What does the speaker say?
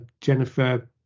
Jennifer